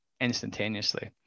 instantaneously